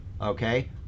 okay